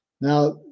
Now